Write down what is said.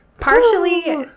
Partially